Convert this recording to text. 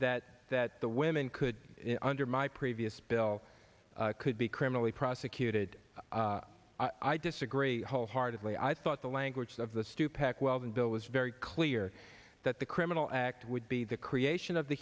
that that the women could under my previous bill could be criminally prosecuted i disagree wholeheartedly i thought the language of the stupak well the bill was very clear that the criminal act would be the creation of the